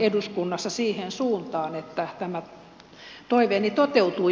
eduskunnassa siihen suuntaan että tämä toiveeni toteutuu joku päivä